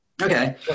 Okay